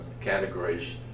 categories